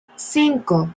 cinco